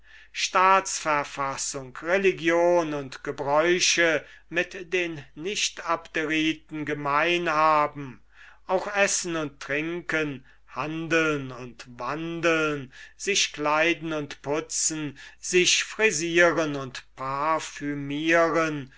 staatsverfassung religion und gebräuche mit den nichtabderiten gemein haben auch essen und trinken handeln und wandeln sich kleiden und putzen sich frisieren und